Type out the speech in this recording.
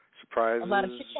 surprises